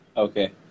Okay